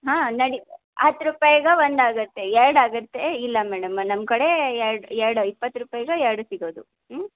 ಹಾಂ ನಡಿ ಹತ್ತು ರೂಪಾಯ್ಗೆ ಒಂದು ಆಗುತ್ತೆ ಎರಡು ಆಗುತ್ತೆ ಇಲ್ಲ ಮೇಡಮ ನಮ್ಮ ಕಡೆ ಎರಡು ಎರಡು ಇಪ್ಪತ್ತು ರೂಪಾಯ್ಗೆ ಎರಡು ಸಿಗೋದು ಹ್ಞೂ